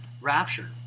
rapture